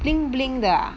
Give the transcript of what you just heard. bling bling 的 ah